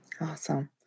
Awesome